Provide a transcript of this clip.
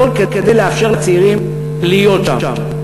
הכול כדי לאפשר לצעירים להיות שם.